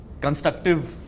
constructive